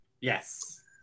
Yes